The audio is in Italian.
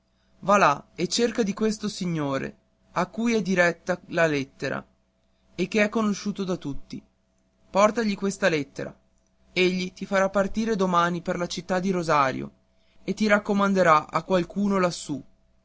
là e cerca di questo signore a cui è diretta la lettera e che è conosciuto da tutti portagli questa lettera egli ti farà partire domani per la città di rosario e ti raccomanderà a qualcuno lassù